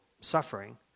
suffering